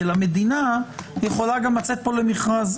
כי המדינה יכולה לצאת פה למכרז,